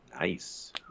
Nice